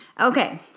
Okay